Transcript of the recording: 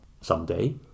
someday